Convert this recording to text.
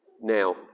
Now